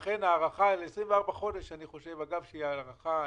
לכן ההארכה ל-24 חודש, אני חושב שהיא הארכה נכונה.